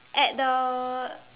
at the